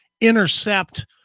intercept